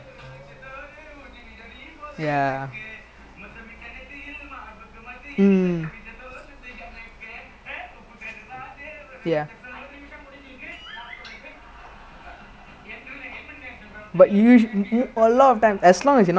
ya I keep doing that lah because that is like quite O_P lah I don't know what sanjeev doing last time because you know when you fake one direction and then you want the person to go to the other side right then if you block like that usually is like is like a risk lah but sometimes like work lah sometime I got so long leg